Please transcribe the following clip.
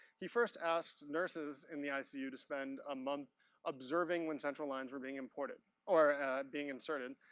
he first asked nurses in the icu to spend a month observing when central lines were being imported, or being inserted,